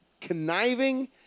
conniving